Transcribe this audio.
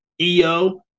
EO